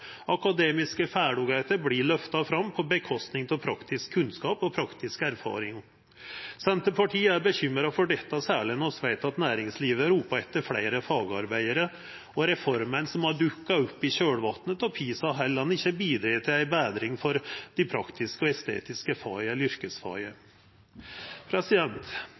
Akademiske ferdigheiter vert løfta fram på kostnad av praktisk kunnskap og praktisk erfaring. Senterpartiet er bekymra for dette, særleg når vi veit at næringslivet ropar etter fleire fagarbeidarar og reformene som vi veit har dukka opp i kjølvatnet av PISA, heller ikkje bidreg til ei betring for dei praktisk-estetiske faga og